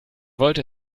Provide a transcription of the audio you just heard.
wollte